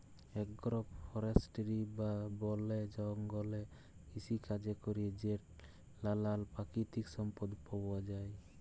agro forestry বা বলে জঙ্গলে কৃষিকাজে ক্যরে যে লালাল পাকিতিক সম্পদ পাউয়া যায়